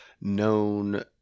known